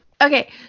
Okay